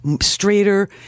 straighter